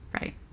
Right